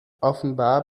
offenbar